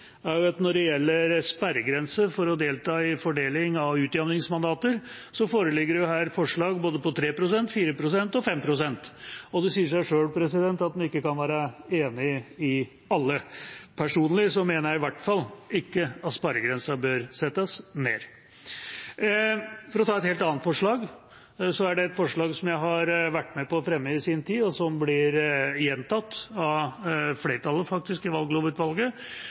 at når det gjelder sperregrense for å delta i fordeling av utjamningsmandater, foreligger det her forslag på både 3 pst., 4 pst. og 5 pst., og det sier seg selv at en ikke kan være enig i alle. Personlig mener jeg i hvert fall ikke at sperregrensa bør settes ned. For å ta et helt annet forslag: Det er et forslag som jeg har vært med på å fremme i sin tid, og som blir gjentatt av flertallet i valglovutvalget,